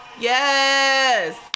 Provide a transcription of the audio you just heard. Yes